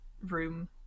room